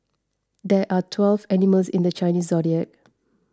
there are twelve animals in the Chinese zodiac